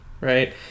right